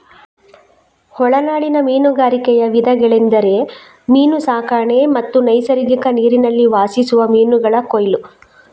ಒಳನಾಡಿನ ಮೀನುಗಾರಿಕೆಯ ವಿಧಗಳೆಂದರೆ ಮೀನು ಸಾಕಣೆ ಮತ್ತು ನೈಸರ್ಗಿಕ ನೀರಿನಲ್ಲಿ ವಾಸಿಸುವ ಮೀನುಗಳ ಕೊಯ್ಲು